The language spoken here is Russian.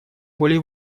более